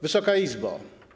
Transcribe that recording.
Wysoka Izbo!